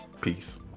Peace